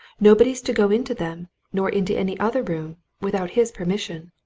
nobody's to go into them nor into any other room without his permission.